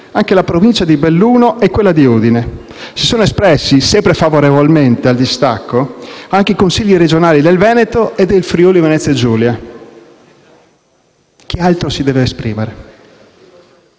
anche la Provincia di Belluno e quella di Udine. Si sono espressi favorevolmente al distacco anche i Consigli regionali del Veneto e del Friuli-Venezia Giulia. Chi altro si deve esprimere?